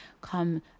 come